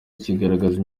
kigaragaza